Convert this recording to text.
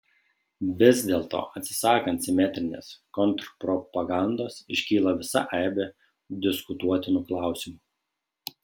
vis dėlto atsisakant simetrinės kontrpropagandos iškyla visa aibė diskutuotinų klausimų